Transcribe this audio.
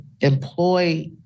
employ